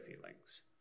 feelings